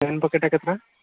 pain ପ୍ୟାକେଟ୍ଟା କେତେ ଟଙ୍କା